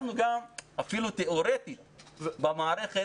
אנחנו גם אפילו תיאורטית במערכת,